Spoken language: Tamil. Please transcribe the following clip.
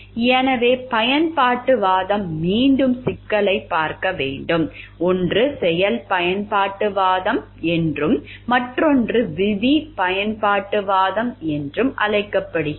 எனவே பயன்பாட்டுவாதம் மீண்டும் சிக்கலைப் பார்க்க வேண்டும் ஒன்று செயல் பயன்பாட்டுவாதம் என்றும் மற்றொன்று விதி பயன்பாட்டுவாதம் என்றும் அழைக்கப்படுகிறது